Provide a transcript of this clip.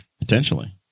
Potentially